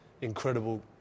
incredible